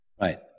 Right